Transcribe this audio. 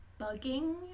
Bugging